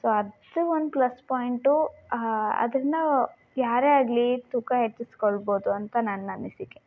so ಅದು ಒಂದು plus point ಅದನ್ನು ಯಾರೇ ಆಗಲಿ ತೂಕ ಹೆಚ್ಚಿಸ್ಕೊಳ್ಬೋದು ಅಂತ ನನ್ನ ಅನಿಸಿಕೆ